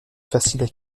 faciles